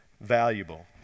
valuable